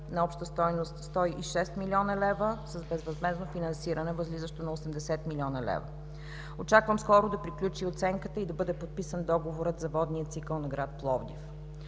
на обща стойност 106 млн. лв. за безвъзмездно финансиране, възлизащо на 80 млн. лв. Очакваме скоро да приключи оценката и да бъде подписан договорът за водния цикъл на град Пловдив.